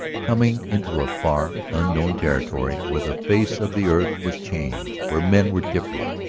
coming into a far, unknown territory where the face of the earth was changed, where men were different,